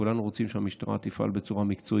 שכולנו רוצים שהמשטרה תפעל בצורה מקצועית,